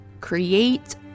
create